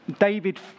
David